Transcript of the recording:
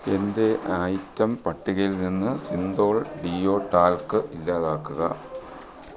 എന്റെ ഐറ്റം പട്ടികയിൽ നിന്ന് സിന്തോൾ ഡിയോ ടാൽക് ഇല്ലാതാക്കുക